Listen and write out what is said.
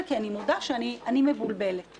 תכבדי את ההתנהלות.